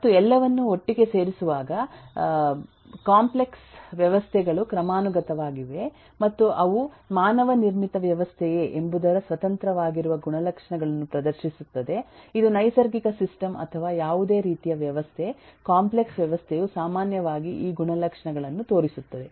ಮತ್ತು ಎಲ್ಲವನ್ನೂ ಒಟ್ಟಿಗೆ ಸೇರಿಸುವಾಗವ ಕಾಂಪ್ಲೆಕ್ಸ್ ವ್ಯವಸ್ಥೆಗಳು ಕ್ರಮಾನುಗತವಾಗಿವೆ ಮತ್ತು ಅವು ಮಾನವ ನಿರ್ಮಿತ ವ್ಯವಸ್ಥೆಯೇ ಎಂಬುದರ ಸ್ವತಂತ್ರವಾಗಿರುವ ಗುಣಲಕ್ಷಣಗಳನ್ನು ಪ್ರದರ್ಶಿಸುತ್ತದೆ ಇದು ನೈಸರ್ಗಿಕ ಸಿಸ್ಟಮ್ ಅಥವಾ ಯಾವುದೇ ರೀತಿಯ ವ್ಯವಸ್ಥೆ ಕಾಂಪ್ಲೆಕ್ಸ್ ವ್ಯವಸ್ಥೆಯು ಸಾಮಾನ್ಯವಾಗಿ ಈ ಗುಣಲಕ್ಷಣಗಳನ್ನು ತೋರಿಸುತ್ತದೆ